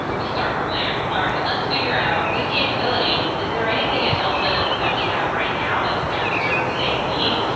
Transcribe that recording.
so we start from there. all right, let's figure out this capability. is there anything at delta that we have right now that could kind of serve serve the same need?